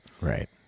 Right